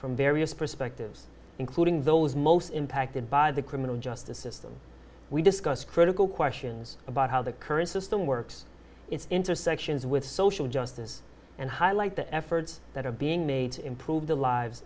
from various perspectives including those most impacted by the criminal justice system we discussed critical questions about how the current system works its intersections with social justice and highlight the efforts that are being made to improve the lives